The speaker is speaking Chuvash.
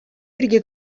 пирки